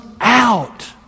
out